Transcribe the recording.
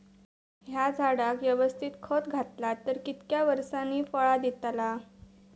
हया झाडाक यवस्तित खत घातला तर कितक्या वरसांनी फळा दीताला?